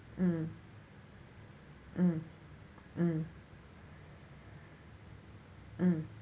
mm mm mm mm